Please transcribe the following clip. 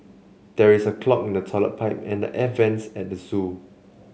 there is a clog in the toilet pipe and the air vents at zoo